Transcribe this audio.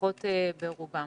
לפחות ברובם.